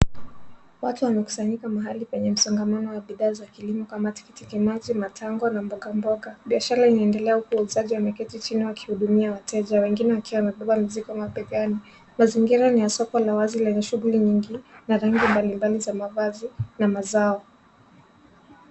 Watu wamekusanyika mahali kwenye msongamano wa bidhaa za kilimo kama tikitimaji, matango na mboga mboga. Biashara inaendelea huku wauzaji wameketi chini wakihudumia wateja, wengine wakiwa wamebeba mizigo mabegani. Mazingira ni ya soko la wazi lenye shughuli nyingi na rangi mbalimbali za mavazi na mazao.